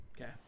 Okay